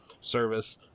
service